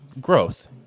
growth